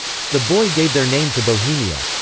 the boii gave their name to bohemia.